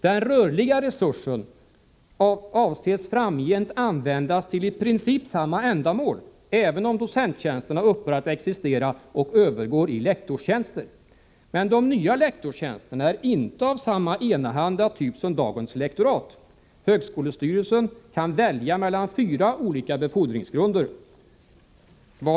Den rörliga resursen avses framgent användas till i princip samma ändamål, även om docenttjänsterna upphör att existera och övergår i lektorstjänster. Men de nya lektorstjänsterna är inte av samma enahanda typ som dagens lektorat. Högskolestyrelsen kan välja mellan fyra olika befordringsgrunder .